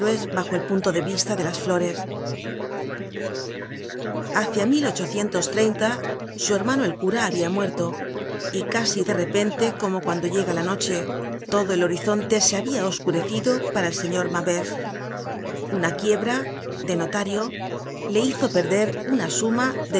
bajo el punto de vista de las flores hácia su hermano el cura habia muerto y casi de repente como cuando llega la noche todo el horizonte se habia oscurecido para el señor mabeuf una quiebrade notariole hizo perder una suma